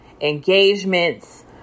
engagements